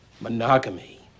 Monogamy